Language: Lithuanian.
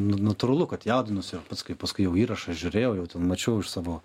natūralu kad jaudinausi o pats kai paskui jau įrašą žiūrėjau mačiau iš savo